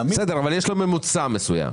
אבל יש לו ממוצע מסוים.